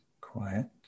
quiet